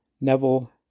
Neville